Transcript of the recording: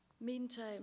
Meantime